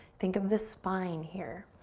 think of the spine here.